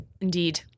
Indeed